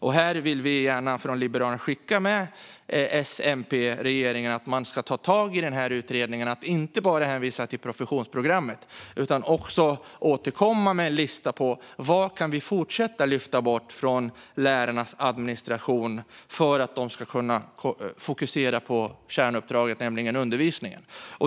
Vi i Liberalerna vill gärna skicka med till S-MP-regeringen att man ska ta tag i utredningen och inte bara hänvisa till professionsprogrammet utan också återkomma med en lista på vad vi kan fortsätta att lyfta bort från lärarnas administration för att de ska kunna fokusera på kärnuppdraget, nämligen undervisningen.